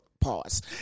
Pause